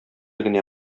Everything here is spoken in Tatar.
генә